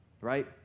right